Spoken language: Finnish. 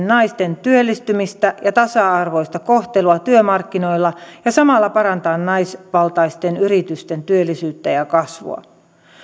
naisten työllistymistä ja tasa arvoista kohtelua työmarkkinoilla ja samalla parantaa naisvaltaisten yritysten työllisyyttä ja ja kasvua